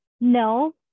no